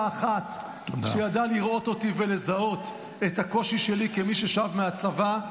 אחת שידעה לראות אותי ולזהות את הקושי שלי כמי ששב מהצבא.